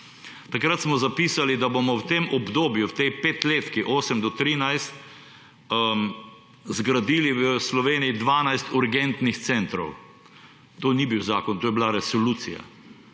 Takrat smo zapisali, da bomo v tem obdobju, v tej petletki 2008–2013, zgradili v Sloveniji 12 urgentnih centrov. To ni bil zakon, to je bila resolucija.